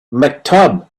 maktub